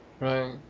right